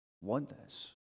oneness